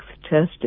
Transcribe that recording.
tested